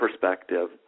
perspective